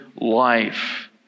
life